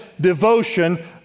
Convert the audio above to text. devotion